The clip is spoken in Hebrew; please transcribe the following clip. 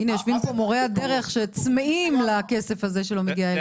יושבים פה מורי הדרך שצמאים לכסף הזה שלא מגיע אליהם.